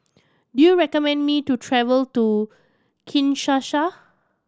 do you recommend me to travel to Kinshasa